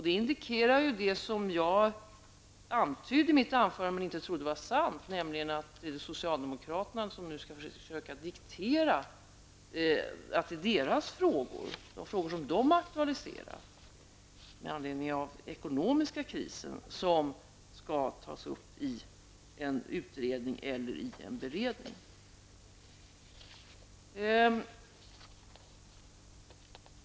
Det indikerar ju det som jag antydde i mitt anförande men inte trodde var sant, nämligen att socialdemokraterna nu skall försöka diktera att det är deras frågor -- de frågor som de aktualiserar med anledning av den ekonomiska krisen -- som skall tas upp i en utredning eller i en beredning.